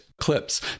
clips